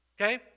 okay